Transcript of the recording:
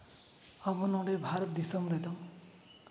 ᱟᱵᱚ ᱱᱚᱰᱮ ᱵᱷᱟᱨᱚᱛ ᱫᱤᱥᱚᱢ ᱨᱮᱫᱚ